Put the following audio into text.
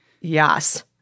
Yes